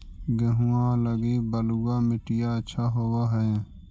गेहुआ लगी बलुआ मिट्टियां अच्छा होव हैं?